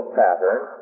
pattern